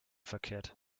verkehrt